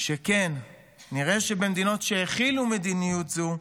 שכן נראה שבמדינות שבהן החילו מדיניות זו,